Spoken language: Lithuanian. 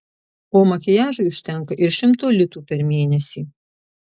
o makiažui užtenka ir šimto litų per mėnesį